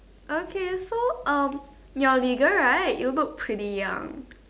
okay so um you're legal right you look pretty young